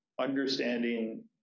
understanding